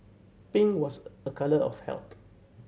pink was a colour of health